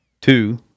two